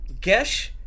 Gesh